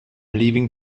leaving